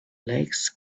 legs